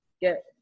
get